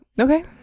Okay